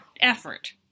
effort